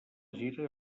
gira